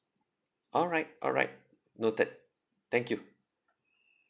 alright alright noted thank you